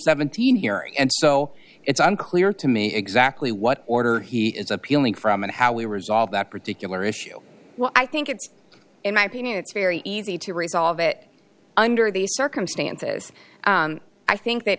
seventeen hearing and so it's unclear to me exactly what order he is appealing from and how we resolve that particular issue well i think it's in my opinion it's very easy to resolve it under the circumstances i think that